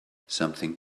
something